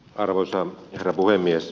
arvoisa herra puhemies